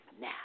now